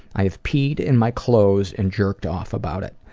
i have peed in my clothes and jerked off about it.